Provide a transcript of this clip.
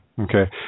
okay